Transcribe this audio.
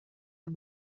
amb